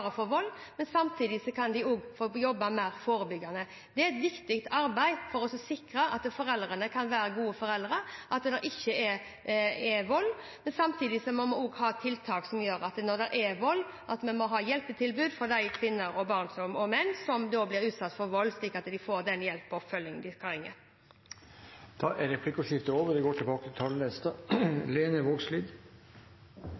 for vold, men samtidig kan vi også jobbe mer forebyggende. Det er et viktig arbeid for å sikre at foreldrene kan være gode foreldre, og at det ikke er vold. Samtidig må vi også ha tiltak og hjelpetilbud for de kvinner, barn og menn som blir utsatt for vold, slik at de får den hjelpen og oppfølgingen de trenger. Replikkordskiftet er over.